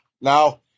now